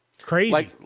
Crazy